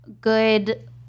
good